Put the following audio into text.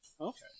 Okay